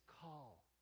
call